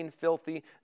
filthy